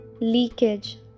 leakage